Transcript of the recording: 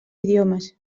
idiomes